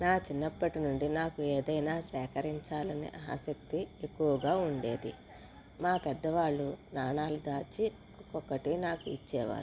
నా చిన్నప్పటి నుండి నాకు ఏదైనా సేకరించాలనే ఆసక్తి ఎక్కువగా ఉండేది నా పెద్దవాళ్ళు నాణాలు దాచి ఒక్కటి నాకు ఇచ్చేవారు